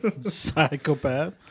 Psychopath